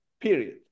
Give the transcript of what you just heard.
Period